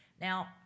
Now